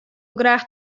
graach